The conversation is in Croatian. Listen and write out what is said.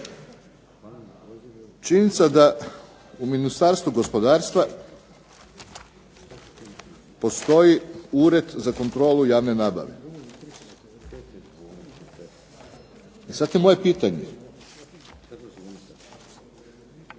je da u Ministarstvu gospodarstva postoji Ured za kontrolu javne nabave. Sad je moje pitanje